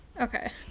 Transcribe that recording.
Okay